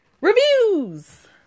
Reviews